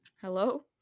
Hello